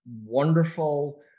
wonderful